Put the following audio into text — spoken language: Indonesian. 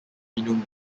minum